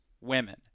Women